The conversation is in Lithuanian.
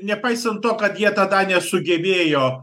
nepaisant to kad jie tada nesugebėjo